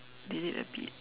delayed a bit